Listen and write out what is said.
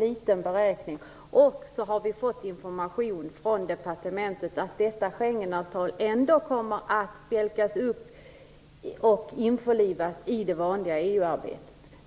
lågt beräknat. Dessutom har vi fått information från departementet att Schengenavtalet ändå kommer att spjälkas upp och införlivas i det vanliga EU-arbetet.